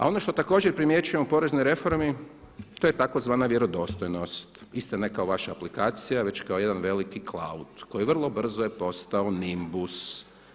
A ono što također primjećujem u poreznoj reformi to je tzv. vjerodostojnost, isto ne kao vaša aplikacija već kao jedan veliki klaut koji vrlo brzo je postao nimbus.